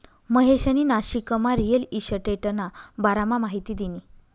महेशनी नाशिकमा रिअल इशटेटना बारामा माहिती दिनी